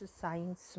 Science